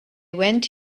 went